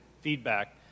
feedback